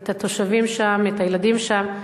את התושבים שם, את הילדים שם,